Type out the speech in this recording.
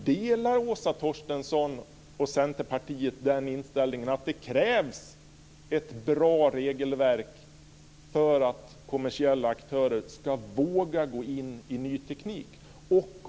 Delar Åsa Torstensson och Centerpartiet inställningen att det krävs ett bra regelverk för att kommersiella aktörer ska våga gå in i ny teknik?